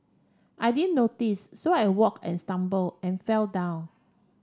I didn't notice so I walked and stumbled and fell down